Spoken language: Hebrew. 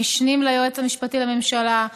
המשנים ליועץ המשפטי לממשלה,